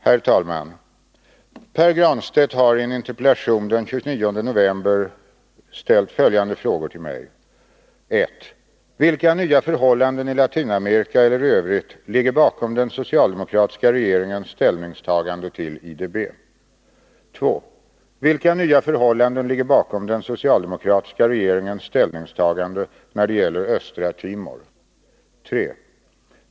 Herr talman! Pär Granstedt har i en interpellation den 24 november ställt följande frågor till mig: 1. Vilka nya förhållanden i Latinamerika eller i övrigt ligger bakom den socialdemokratiska regeringens ställningstagande till IDB? 2. Vilka nya förhållanden ligger bakom den socialdemokratiska regeringens ställningstagande när det gäller Östra Timor? 3.